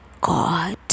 God